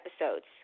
episodes